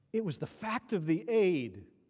it was the fact of the aid